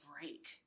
break